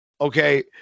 okay